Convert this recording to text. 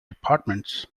departments